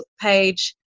page